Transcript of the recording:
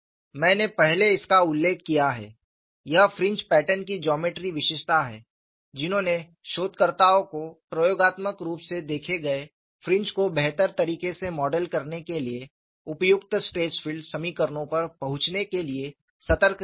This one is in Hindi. मैंने पहले इसका उल्लेख किया है यह फ्रिंज पैटर्न की ज्योमेट्री विशेषताएं हैं जिन्होंने शोधकर्ताओं को प्रयोगात्मक रूप से देखे गए फ्रिंज को बेहतर तरीके से मॉडल करने के लिए उपयुक्त स्ट्रेस फील्ड समीकरणों पर पहुंचने के लिए सतर्क किया है